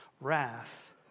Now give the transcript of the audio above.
wrath